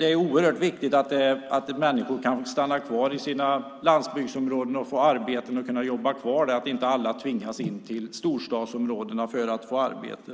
är oerhört viktigt att människor kan stanna kvar i sina landsbygdsområden och få arbete där så att inte alla tvingas in till storstadsområdena för att få arbete.